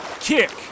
Kick